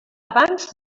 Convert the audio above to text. abans